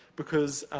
because,